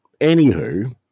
Anywho